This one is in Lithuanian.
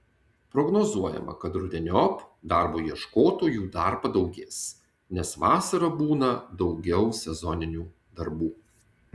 prognozuojama kad rudeniop darbo ieškotojų dar padaugės nes vasarą būna daugiau sezoninių darbų